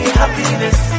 happiness